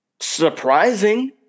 surprising